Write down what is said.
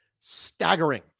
staggering